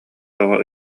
тоҕо